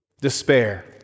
despair